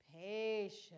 patience